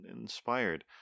inspired